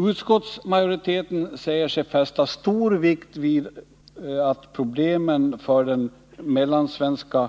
Utskottsmajoriteten säger sig fästa stor vikt vid att problemen för den mellansvenska